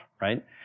right